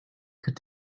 could